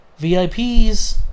VIPs